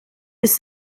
ist